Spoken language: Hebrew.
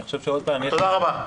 אני חושב --- תודה רבה.